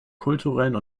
kulturellen